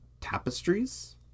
tapestries